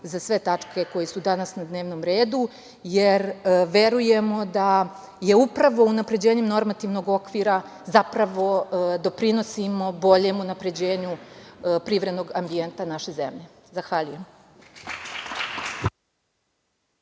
za sve tačke koje su na dnevnom redu, jer verujemo da je upravo unapređenjem normativnog okvira zapravo doprinosimo boljem unapređenju privrednog ambijenta naše zemlje. Zahvaljujem